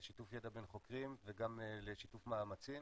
לשיתוף ידע בין חוקרים וגם לשיתוף מאמצים.